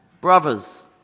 brothers